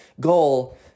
goal